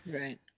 Right